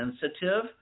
sensitive